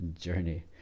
journey